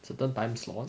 certain time slot